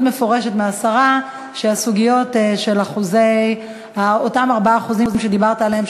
מפורשת מהשרה שהסוגיות של אותם 4% שדיברת עליהם,